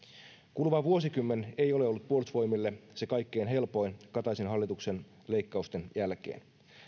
kuluva vuosikymmen ei ole ollut puolustusvoimille se kaikkein helpoin kataisen hallituksen leikkausten jälkeen